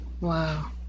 Wow